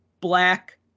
Black